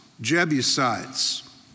Jebusites